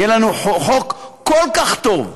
יהיה לנו חוק כל כך טוב,